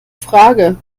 frage